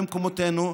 במקומותינו,